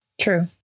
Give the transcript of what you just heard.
True